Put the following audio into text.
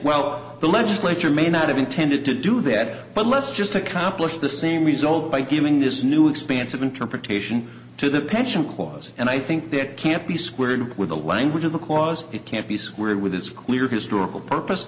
well the legislature may not have intended to do that but let's just accomplish the same result by giving this new expansive interpretation to the pension clause and i think that can't be squared with the language of because it can't be squared with its clear historical purpose